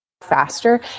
faster